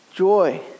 Joy